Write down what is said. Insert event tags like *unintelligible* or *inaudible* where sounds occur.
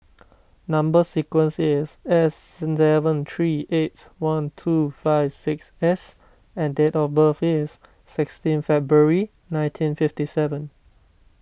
Number Sequence is S *unintelligible* seven three eight one two five six S and date of birth is sixteen February nineteen fifty seven